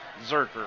Zerker